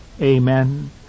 Amen